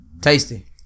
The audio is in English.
tasty